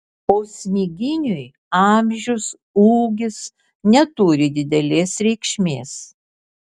o smiginiui amžius ūgis neturi didelės reikšmės